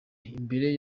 imbere